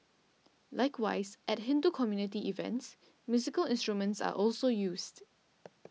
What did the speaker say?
likewise at Hindu community events musical instruments are also used